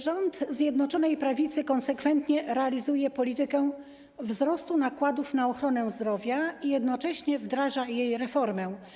Rząd Zjednoczonej Prawicy konsekwentnie realizuje politykę wzrostu nakładów na ochronę zdrowia i jednocześnie wdraża jej reformę.